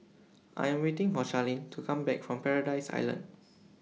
I Am waiting For Charleen to Come Back from Paradise Island